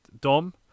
dom